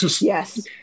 Yes